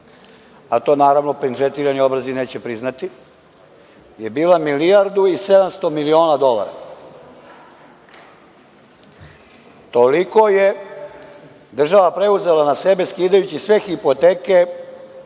to naravno pendžetirani obrazi neće priznati, je bio milijardu i sedamsto miliona dolara. Toliko je država preuzela na sebe, skidajući sve hipoteke,